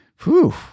Whew